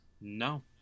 no